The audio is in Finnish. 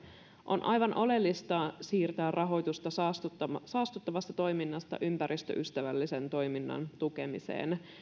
on aivan oleellista siirtää rahoitusta saastuttavasta saastuttavasta toiminnasta ympäristöystävällisen toiminnan tukemiseen